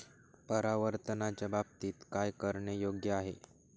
परावर्तनाच्या बाबतीत काय करणे योग्य आहे